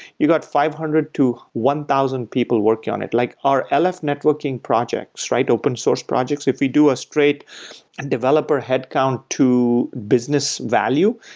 you got five hundred to one thousand people working on it. like our lf networking projects, open source projects. if we do a straight and developer head count to business value,